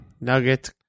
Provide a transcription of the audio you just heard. Nugget